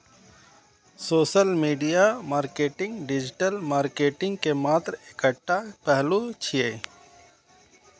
social media marketing digital marketing के मात्र एकटा पहलू छियै